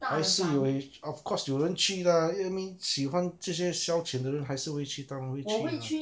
还是也会 of course 有人会去 lah 因为 I mean 喜欢这些消遣的人还是会当然会去 lah